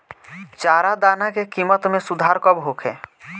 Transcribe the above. चारा दाना के किमत में सुधार कब होखे?